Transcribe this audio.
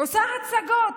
עושה הצגות,